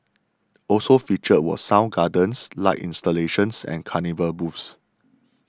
also featured were sound gardens light installations and carnival booths